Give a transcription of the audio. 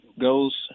goes